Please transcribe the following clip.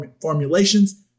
formulations